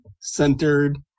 centered